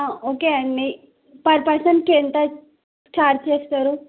okay అండి per పర్సన్కి ఎంత ఛార్జ్ చేస్తారు